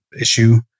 issue